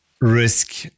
risk